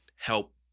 Help